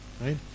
right